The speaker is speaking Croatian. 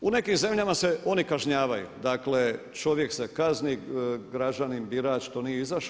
U nekim zemljama se oni kažnjavaju, dakle čovjek se kazni, građanin, birač što nije izašao.